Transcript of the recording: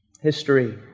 history